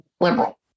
liberal